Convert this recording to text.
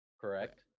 Correct